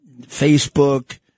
Facebook